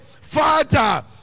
Father